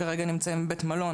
בוקר טוב.